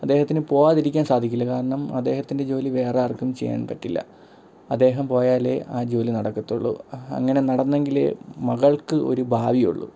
അദ്ദേഹത്തിനു പോകാതിരിക്കാൻ സാധിക്കില്ല കാരണം അദ്ദേഹത്തിൻ്റെ ജോലി വേറാർക്കും ചെയ്യാൻ പറ്റില്ല അദ്ദേഹം പോയാലേ ആ ജോലി നടക്കത്തുള്ളൂ അങ്ങനെ നടന്നെങ്കിലെ മകൾക്ക് ഒരു ഭാവിയുള്ളൂ